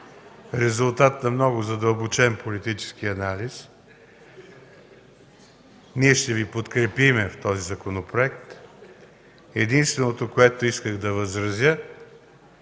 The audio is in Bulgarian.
резултат на много задълбочен политически анализ. Ние ще Ви подкрепим в този законопроект. Единственото, на което исках да възразя